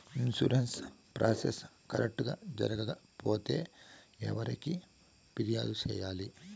insurance process correct గా జరగకపోతే ఎవరికి ఫిర్యాదు సేయాలి